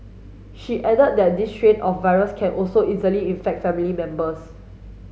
she added that this strain of virus can also easily infect family members